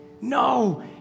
No